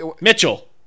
Mitchell